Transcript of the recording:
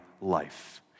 life